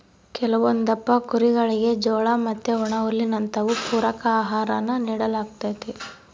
ಕೆಲವೊಂದಪ್ಪ ಕುರಿಗುಳಿಗೆ ಜೋಳ ಮತ್ತೆ ಒಣಹುಲ್ಲಿನಂತವು ಪೂರಕ ಆಹಾರಾನ ನೀಡಲಾಗ್ತತೆ